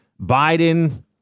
Biden